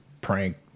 prank